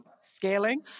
scaling